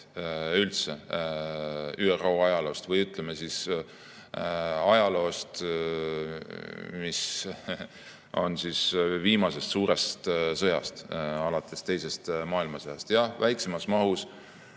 üldse ÜRO ajaloost, või ütleme siis, ajaloost, mis on viimasest suurest sõjast, alates teisest maailmasõjast, jah, väiksemas mahus,